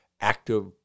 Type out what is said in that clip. active